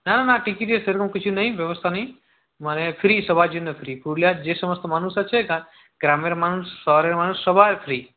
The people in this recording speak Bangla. না না টিকিটের সেরকম কিছু নেই ব্যবস্থা নেই মানে ফ্রি সবার জন্যে ফ্রি পুরুলিয়ার যে সমস্ত মানুষ আছে গ্রামের মানুষ শহরের মানুষ সবার ফ্রি